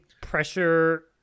pressure